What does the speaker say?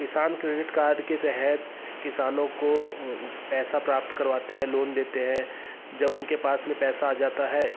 किसान credit card के तहत किसानों को पैसा प्राप्त करवाते हैं लोन देते हैं जब उनके पास में पैसा आ जाता है